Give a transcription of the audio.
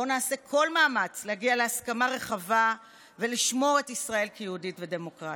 בואו נעשה כל מאמץ להגיע להסכמה רחבה ולשמור את ישראל יהודית ודמוקרטית.